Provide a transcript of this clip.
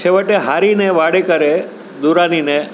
છેવટે હારીને વાડેકરે દુરાનીને